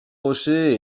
rochers